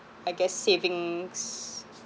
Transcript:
I guess savings